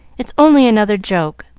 it's only another joke.